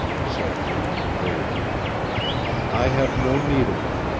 said joan gravely i have no need of it.